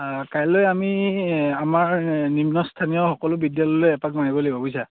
কাইলৈ আমি আমাৰ নিম্নস্থানীয় সকলো বিদ্যালয়লৈ এপাক মাৰিব লাগিব বুইছা